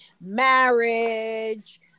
marriage